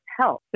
health